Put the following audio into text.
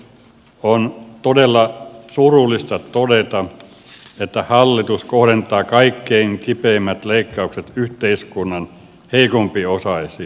on todella surullista todeta että hallitus kohdentaa kaikkein kipeimmät leikkaukset yhteiskunnan heikompiosaisiin